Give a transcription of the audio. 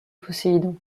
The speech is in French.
poséidon